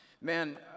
man